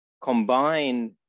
Combine